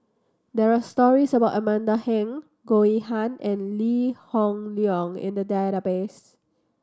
there are stories about Amanda Heng Goh Yihan and Lee Hoon Leong in the database